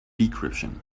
decryption